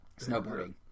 snowboarding